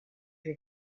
your